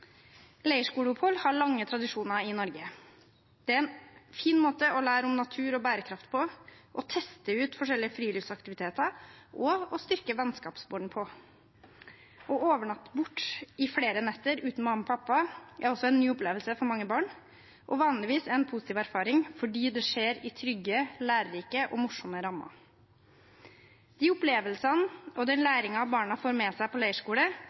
Leirskoleopphold har lange tradisjoner i Norge. Det er en fin måte å lære om natur og bærekraft på, å teste ut forskjellige friluftsaktiviteter og å styrke vennskapsbånd på. Å overnatte borte i flere netter uten mamma og pappa er også en ny opplevelse for mange barn, og det er vanligvis en positiv erfaring fordi det skjer innenfor trygge, lærerike og morsomme rammer. De opplevelsene og den læringen barna får med seg på leirskole,